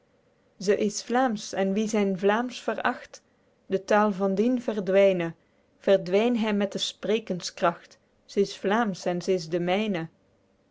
ze is vlaemsch en die zyn vlaemsch veracht de tael van dien verdwyne verdwyn hem met de sprekenskracht ze is vlaemsch en ze is de myne